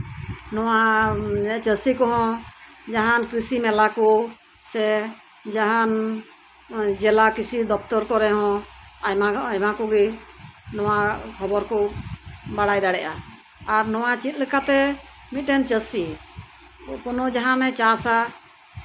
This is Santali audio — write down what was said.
ᱱᱚᱣᱟ ᱪᱟᱥᱤ ᱠᱚ ᱦᱚᱸ ᱡᱟᱦᱟᱱ ᱠᱤᱨᱥᱤ ᱢᱮᱞᱟ ᱠᱚ ᱥᱮ ᱡᱟᱦᱟᱱ ᱡᱮᱞᱟ ᱠᱤᱨᱥᱤ ᱫᱚᱯᱛᱚᱨ ᱠᱚᱨᱮ ᱦᱚᱸ ᱟᱭᱢᱟ ᱠᱚᱜᱮ ᱱᱚᱣᱟ ᱠᱷᱚᱵᱚᱨ ᱠᱚ ᱵᱟᱲᱟᱭ ᱫᱟᱲᱮᱭᱟᱜᱼᱟ ᱟᱨ ᱱᱚᱣᱟ ᱪᱮᱫ ᱞᱮᱠᱟᱛᱮ ᱢᱤᱫᱴᱮᱱ ᱪᱟᱹᱥᱤ ᱠᱳᱱᱳ ᱡᱟᱦᱟᱱ ᱮ ᱪᱟᱥᱟ